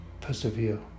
Persevere